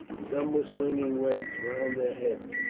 some were swinging weights round their heads,